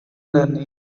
learning